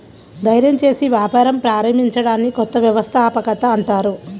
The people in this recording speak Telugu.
ధైర్యం చేసి వ్యాపారం ప్రారంభించడాన్ని కొత్త వ్యవస్థాపకత అంటారు